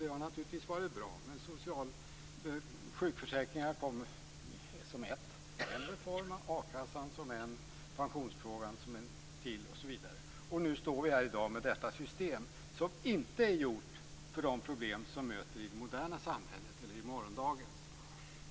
Det har självfallet varit bra men sjukförsäkringarna kom som en reform, a-kassan som en, pensionsfrågan som en osv. Nu står vi här i dag med ett system som inte är gjort för de problem som vi möter i det moderna samhället eller som vi kommer att möta i morgondagens samhälle.